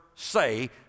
say